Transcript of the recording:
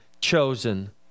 chosen